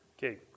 Okay